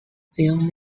film